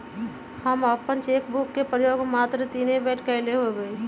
हम अप्पन cheque book के प्रयोग मातरे तीने बेर कलियइ हबे